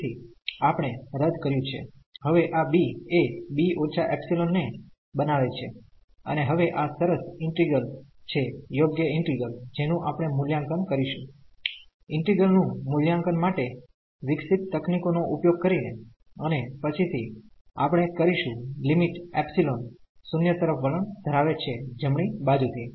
તેથી આપણે રદ કર્યુ છે હવે આ b એ b − ε ને બનાવે છે અને હવે આ સરસ ઈન્ટિગ્રલછે યોગ્ય ઈન્ટિગ્રલ જેનું આપણે મૂલ્યાંકન કરીશું ઈન્ટિગ્રલ નું મૂલ્યાંકન માટે વિકસિત તકનીકોનો ઉપયોગ કરીને અને પછીથી આપણે કરીશું લિમિટ એપ્સીલોન 0 તરફ વલણ ધરાવે છે જમણી બાજુથી